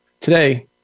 Today